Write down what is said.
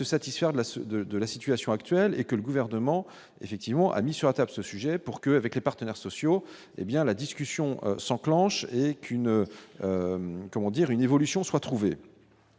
la ceux de de la situation actuelle et que le gouvernement effectivement sur Inter ce sujet pour que, avec les partenaires sociaux, hé bien, la discussion s'enclenche et qu'une, comment dire, une évolution soit trouvée,